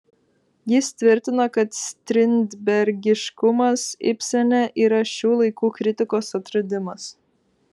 jis tvirtina kad strindbergiškumas ibsene yra šių laikų kritikos atradimas